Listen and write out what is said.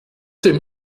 dem